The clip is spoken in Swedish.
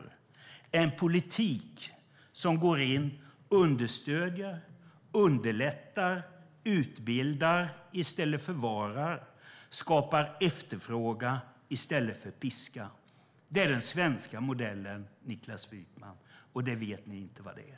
Det är en politik som går in och understöder, underlättar och utbildar i stället för att förvara. Den skapar efterfrågan i stället för att piska. Det är den svenska modellen, Niklas Wykman, och det vet ni inte vad det är.